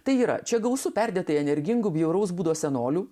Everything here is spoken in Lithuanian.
tai yra čia gausu perdėtai energingų bjauraus būdo senolių